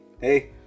hey